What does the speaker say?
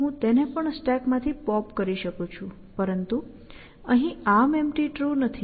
હું તેને પણ સ્ટેકમાંથી પોપ કરી શકું છું પરંતુ અહીં ArmEmpty ટ્રુ નથી